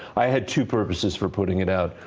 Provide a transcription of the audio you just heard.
i had two purposes for putting it out.